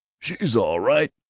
she's all right!